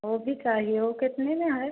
वह भी चाहिए वह कितने में है